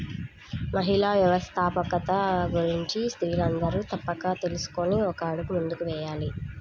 మహిళా వ్యవస్థాపకత గురించి స్త్రీలందరూ తప్పక తెలుసుకొని ఒక అడుగు ముందుకు వేయాలి